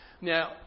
Now